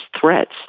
threats